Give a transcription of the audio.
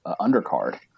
undercard